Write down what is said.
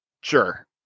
sure